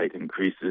increases